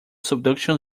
subduction